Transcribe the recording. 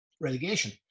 Relegation